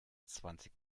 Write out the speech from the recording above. zwanzig